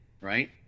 right